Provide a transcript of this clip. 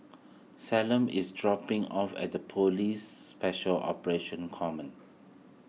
Callum is dropping off at Police Special Operations Command